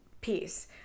piece